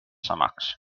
samaks